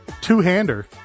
two-hander